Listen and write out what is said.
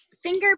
finger